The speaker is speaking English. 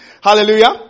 Hallelujah